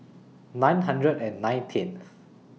nine hundred and nineteenth